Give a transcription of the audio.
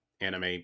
anime